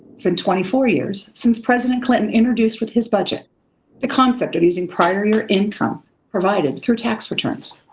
it's been twenty four years since president clinton introduced with his budget the concept of using prior year income provided through tax returns.